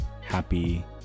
Happy